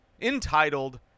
entitled